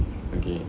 okay